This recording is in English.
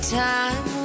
time